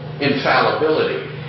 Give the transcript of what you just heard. infallibility